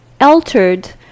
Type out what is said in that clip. altered